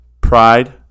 Pride